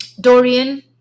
Dorian